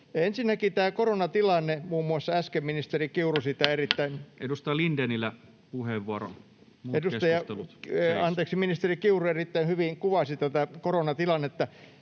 Ensinnäkin tämä koronatilanne: Muun muassa äsken ministeri Kiuru sitä erittäin... Ministeri Kiuru erittäin hyvin kuvasi tätä koronatilannetta.